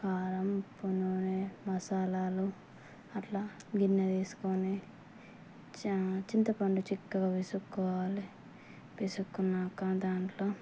కారం ఉప్పు నూనె మసాలాలు అట్లా గిన్నె తీసుకొని చా చింతపండు చిక్కగా పిసుకోవాలి పిసుక్కున్నాక దాంట్లో